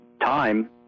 time